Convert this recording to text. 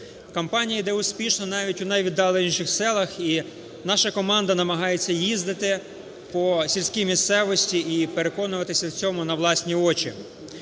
Кампанія іде успішно навіть у найвіддаленіших селах. І наша команда намагається їздити по сільській місцевості і переконуватися у цьому на власні очі.